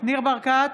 ניר ברקת,